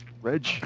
Reg